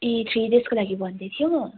ए three डेजको लागि भन्दैथ्यो